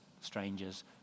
strangers